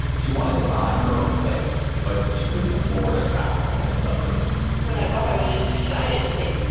she wanted to buy her own place, but she couldn't afford a tract home in the suburbs when i bought it, i was just excited to think,